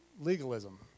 legalism